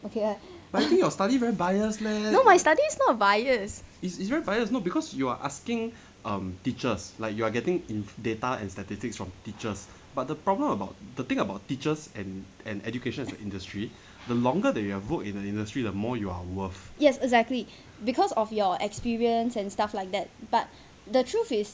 okay err no my study is not bias yes exactly because of your experience and stuff like that but the truth is